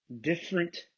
different